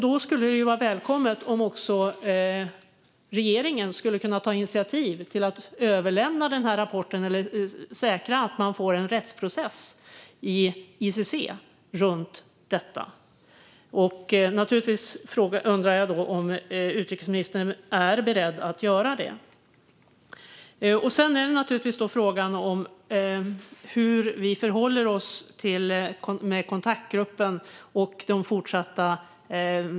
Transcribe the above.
Det skulle vara välkommet om också regeringen skulle kunna ta initiativ till att överlämna rapporten och säkra att man får en rättsprocess i ICC om detta. Jag undrar om utrikesministern är beredd att göra det. Frågan är hur vi förhåller oss till kontaktgruppen.